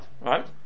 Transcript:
right